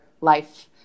life